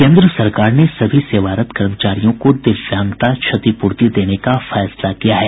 केंद्र सरकार ने सभी सेवारत कर्मचारियों को दिव्यांगता क्षतिपूर्ति देने का निर्णय लिया है